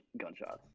gunshots